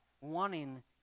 wanting